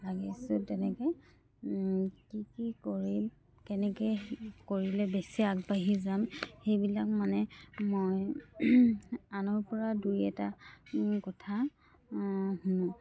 লাগিছোঁ তেনেকৈ কি কি কৰি কেনেকৈ কৰিলে বেছি আগবাঢ়ি যাম সেইবিলাক মানে মই আনৰ পৰা দুই এটা কথা শুনো